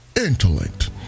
intellect